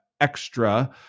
extra